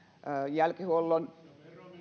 jälkihuollon